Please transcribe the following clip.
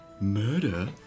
Murder